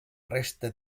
resta